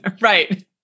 Right